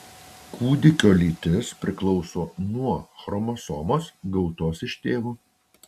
kūdikio lytis priklauso nuo chromosomos gautos iš tėvo